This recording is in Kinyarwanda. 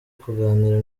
kuganira